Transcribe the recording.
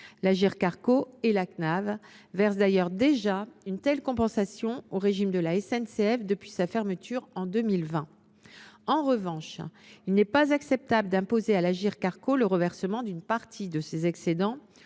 organismes versent d’ailleurs déjà une telle compensation au régime de la SNCF depuis sa fermeture, en 2020. En revanche, il n’est pas acceptable d’imposer à l’Agirc Arrco le reversement d’une partie de ses excédents